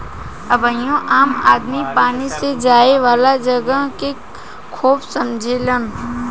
अबहियो आम आदमी पानी से जाए वाला जहाज के खेप समझेलेन